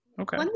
Okay